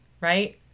right